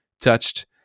touched